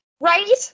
Right